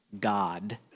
God